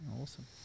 awesome